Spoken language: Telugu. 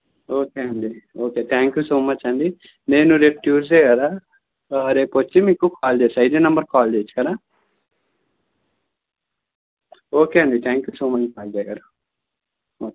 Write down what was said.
ఓకే అండి okay thank you so much అండి నేను రేపు ట్యూస్డే కదా రేపు వచ్చి మీకు కాల్ చేస్తాను ఇదే నెంబర్కి కాల్ చేయవచ్చు కదా ఓకే అండి థ్యాంక్ యూ సో మచ్ భాగ్యగారు ఓకే